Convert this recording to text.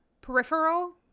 peripheral